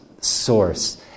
source